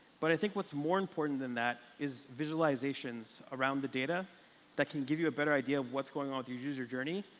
but i think what's more important than that is visualizations around the data that can give you a better idea of what's going on with your user journey.